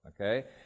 okay